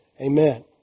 amen